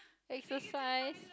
exercise